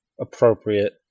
appropriate